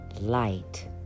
Light